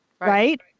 Right